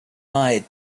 made